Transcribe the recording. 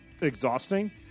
exhausting